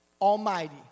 Almighty